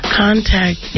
contact